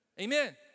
Amen